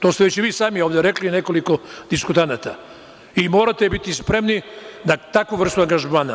To ste već i vi sami ovde rekli, i nekoliko diskutanata i morate biti spremni na takvu vrstu angažmana.